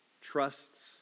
trusts